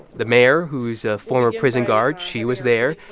the mayor, who is a former prison guard she was there.